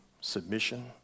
Submission